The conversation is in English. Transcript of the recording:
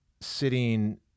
sitting